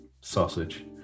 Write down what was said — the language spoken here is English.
sausage